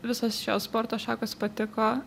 visos šios sporto šakos patiko